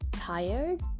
tired